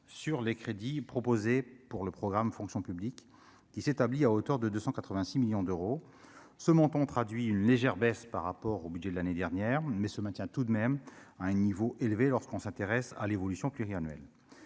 sur les crédits proposés pour le programme Fonction publique qui s'établit à hauteur de 285 millions d'euros, ce montant traduit une légère baisse par rapport au budget de l'année dernière mais se maintient tout de même à un niveau élevé lorsqu'on s'intéresse à l'évolution pluri-annuel,